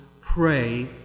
pray